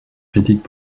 critiques